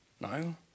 No